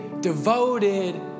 devoted